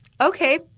okay